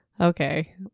Okay